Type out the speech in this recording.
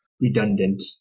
redundant